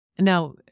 Now